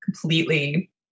completely